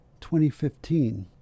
2015